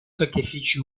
sacrifici